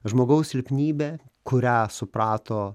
žmogaus silpnybė kurią suprato